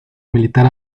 militar